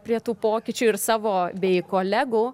prie tų pokyčių ir savo bei kolegų